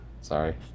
Sorry